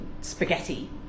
spaghetti